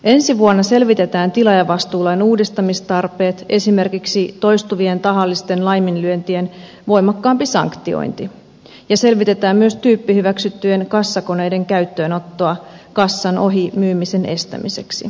ensi vuonna selvitetään tilaajavastuulain uudistamistarpeet esimerkiksi toistuvien tahallisten laiminlyöntien voimakkaampi sanktiointi ja selvitetään myös tyyppihyväksyttyjen kassakoneiden käyttöönottoa kassan ohi myymisen estämiseksi